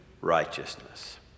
righteousness